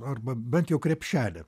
arba bent jau krepšelį